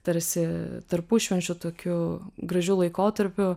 tarsi tarpušvenčiu tokiu gražiu laikotarpiu